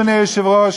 אדוני היושב-ראש,